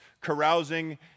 carousing